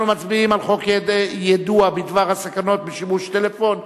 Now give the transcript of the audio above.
אנחנו מצביעים על חוק יידוע בדבר הסכנות בשימוש בטלפון,